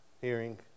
hearing